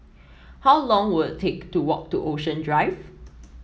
how long will it take to walk to Ocean Drive